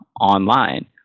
online